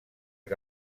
que